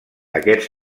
aquests